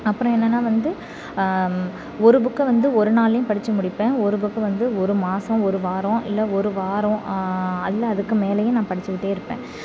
அப்புறம் என்னனால் வந்து ஒரு புக்கை வந்து ஒரு நாள்லையும் படிச்சு முடிப்பேன் ஒரு புக்கை வந்து ஒரு மாசம் ஒரு வாரம் இல்லை ஒரு வாரம் அல்ல அதுக்கு மேலையே நான் படிச்சுகிட்டே இருப்பேன்